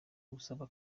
ugusaba